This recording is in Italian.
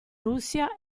russia